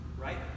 Right